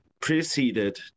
preceded